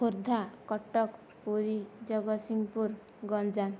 Khordha Cuttack Puri Jagatsinghpur Ganjam